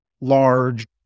large